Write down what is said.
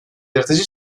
yaratıcı